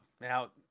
Now